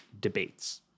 debates